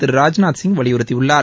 Thiru Rajnath Singh வலியுறுக்கியுள்ளார்